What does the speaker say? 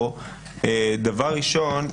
דבר ראשון,